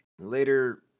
later